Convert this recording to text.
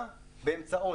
אדוני היושב-ראש,